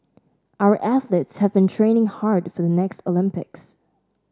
our athletes have been training hard for the next Olympics